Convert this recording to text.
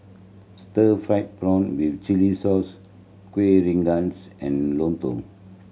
stir fried prawn with chili sauce Kuih Rengas and lontong